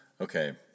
Okay